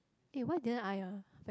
eh what didn't I ah